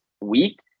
week